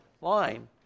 line